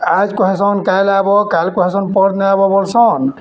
ଆଏଜ୍ କହେସନ୍ କାଏଲ୍ ଆଏବ କାଏଲ୍ କହେସନ୍ ପର୍ଦିନ ଆଏବ ବଲ୍ସନ୍